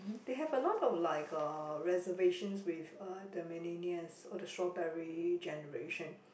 they have a lot of like uh reservation with uh the millennial or the strawberry generation